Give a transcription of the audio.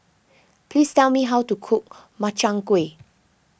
please tell me how to cook Makchang Gui